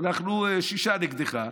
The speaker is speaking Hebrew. אנחנו שישה נגדך,